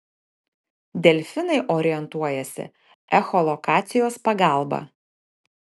delfinai orientuojasi echolokacijos pagalba